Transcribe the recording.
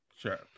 Sure